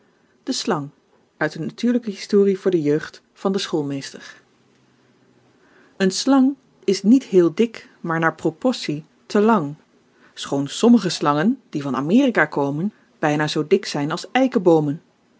de heuschelijke en de schoorsteenvegers de schoolmeester de gedichten van den schoolmeester de slang een slang is niet heel dik maar naar proportie te lang schoon sommige slangen die van amerika komen byna zoo dik zijn als eikeboomen